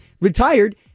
retired